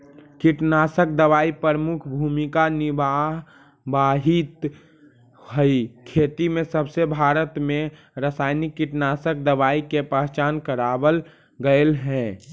कीटनाशक दवाई प्रमुख भूमिका निभावाईत हई खेती में जबसे भारत में रसायनिक कीटनाशक दवाई के पहचान करावल गयल हे